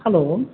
hello